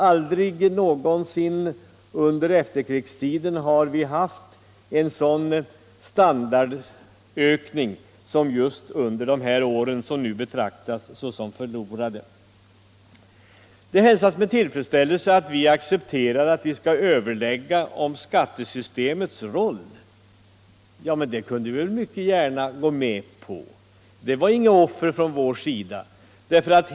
Aldrig någonsin under efter Nr 40 krigstiden har vi haft en sådan standardökning som just under de år Onsdagen den som av er betraktas som förlorade. 10 december 1975 Det hälsas med tillfredsställelse att vi accepterar överläggningar om skattesystemets roll. Detta är inget nytt. Det var inget offer från vår Den ekonomiska sida!